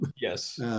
yes